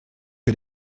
que